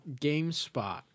GameSpot